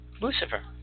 Lucifer